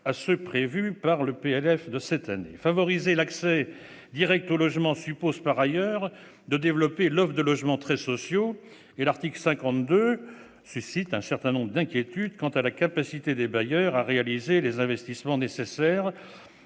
le projet de loi de finances pour 2018. Favoriser l'accès direct au logement suppose par ailleurs de développer l'offre de logements très sociaux, et l'article 52 suscite un certain nombre d'inquiétudes quant à la capacité des bailleurs à réaliser les investissements nécessaires.